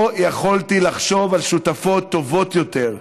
לא יכולתי לחשוב על שותפות טובות יותר.